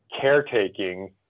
caretaking